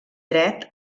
dret